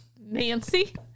Nancy